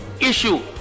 issue